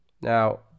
now